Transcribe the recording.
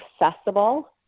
accessible